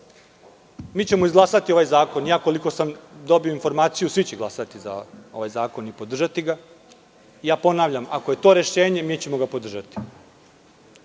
Mi ćemo izglasati ovaj zakon. Koliko sam dobio informaciju, svi će glasati za ovaj zakon i podržati ga. Ja ponavljam – ako je to rešenje, mi ćemo ga podržati.